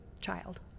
child